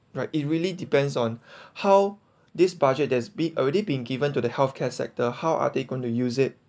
right it really depends on how this budget there's big already been given to the healthcare sector how are they going to use it